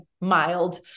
mild